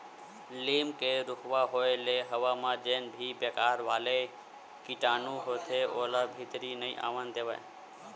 लीम के रूखवा होय ले हवा म जेन भी बेकार वाला कीटानु होथे ओला भीतरी नइ आवन देवय